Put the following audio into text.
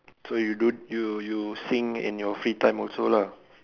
so you don't you you sing in your free time also lah